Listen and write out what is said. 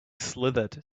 slithered